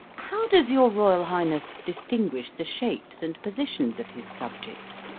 how does your royal highness distinguish the shapes and positions of his subjects?